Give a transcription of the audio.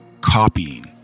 copying